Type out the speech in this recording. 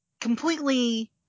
completely